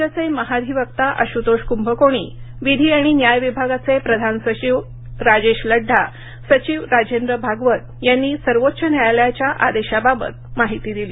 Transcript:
राज्याचे महाधिवक्ता आश्तोष कृंभकोणी विधी आणि न्याय विभागाचे प्रधान सचिव राजेश लढ्ढा सचिव राजेंद्र भागवत यांनी सर्वोच्च्य न्यायालयाच्या आदेशाबाबत माहिती दिली